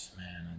man